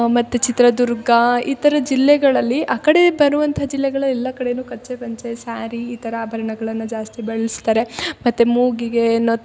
ಮತ್ತು ಚಿತ್ರದುರ್ಗ ಇತರ ಜಿಲ್ಲೆಗಳಲ್ಲಿ ಆ ಕಡೆ ಬರುವಂಥ ಜಿಲ್ಲೆಗಳು ಎಲ್ಲ ಕಡೆನು ಕಚ್ಚೆ ಪಂಚೆ ಸ್ಯಾರಿ ಈ ಥರ ಆಭರ್ಣಗಳನ್ನ ಜಾಸ್ತಿ ಬಳ್ಸ್ತರೆ ಮತ್ತು ಮೂಗಿಗೆ ನತ್ತು